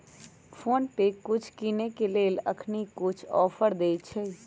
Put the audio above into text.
PhonePe कुछ किनेय के लेल अखनी कुछ ऑफर देँइ छइ